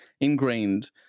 ingrained